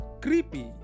Creepy